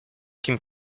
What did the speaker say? kim